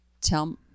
tell